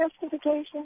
justification